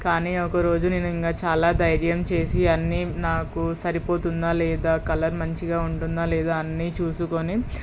కానీ ఒక రోజు నేను ఇంక చాలా ధైర్యం చేసి అన్నీ నాకు సరిపోతుందా లేదా కలర్ మంచిగా ఉంటుందా లేదా అన్నీ చూసుకుని